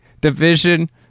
division